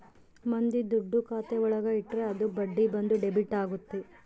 ಮಂದಿ ದುಡ್ಡು ಖಾತೆ ಒಳಗ ಇಟ್ರೆ ಅದು ಬಡ್ಡಿ ಬಂದು ಡೆಬಿಟ್ ಆಗುತ್ತೆ